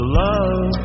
love